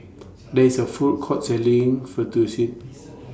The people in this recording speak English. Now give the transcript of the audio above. There IS A Food Court Selling Fettuccine